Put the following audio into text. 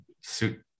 Suit